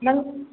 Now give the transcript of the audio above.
ꯅꯪ